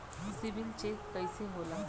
CIBIL check कइसे होला?